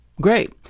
great